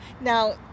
Now